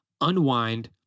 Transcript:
unwind